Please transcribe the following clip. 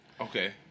Okay